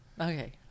Okay